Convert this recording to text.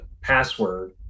password